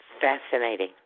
Fascinating